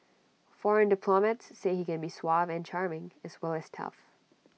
foreign diplomats say he can be suave and charming as well as tough